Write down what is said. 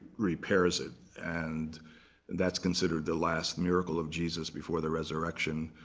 repairs it. and that's considered the last miracle of jesus before the resurrection.